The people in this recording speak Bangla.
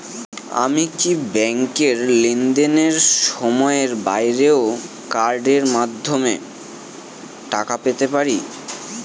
আমি কি ব্যাংকের লেনদেনের সময়ের বাইরেও কার্ডের মাধ্যমে টাকা পেতে পারি?